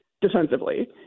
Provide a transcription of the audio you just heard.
defensively